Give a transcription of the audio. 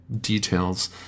details